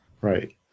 Right